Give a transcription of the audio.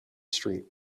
street